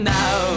now